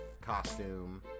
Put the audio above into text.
costume